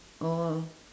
orh